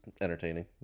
entertaining